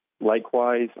likewise